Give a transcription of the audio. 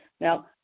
Now